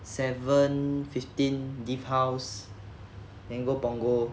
seven fifteen leave house then go punggol